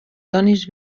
dónes